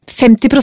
50%